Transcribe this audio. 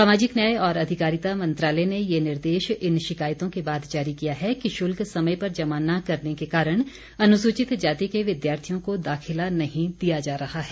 सामाजिक न्याय और अधिकारिता मंत्रालय ने यह निर्देश इन शिकायतों के बाद जारी किया है कि शुल्क समय पर जमा न करने के कारण अनुसूचित जाति के विद्यार्थियों को दाखिला नहीं दिया जा रहा है